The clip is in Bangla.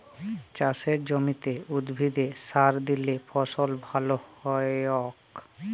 চাসের জমিতে উদ্ভিদে সার দিলে ফসল ভাল হ্য়য়ক